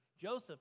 Joseph